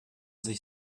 sich